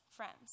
friends